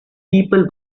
people